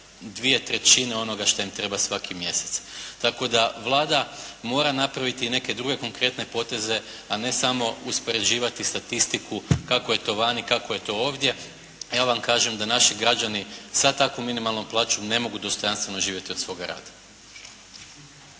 dvije trećine onoga što im treba svaki mjesec. Tako da Vlada mora napraviti i neke druge konkretne poteze, a ne samo uspoređivati statistiku kako je to vani, kako je to ovdje. A ja vam kažem da naši građani sa takvom minimalnom plaćom ne mogu dostojanstveno živjeti od svoga rada.